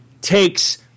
takes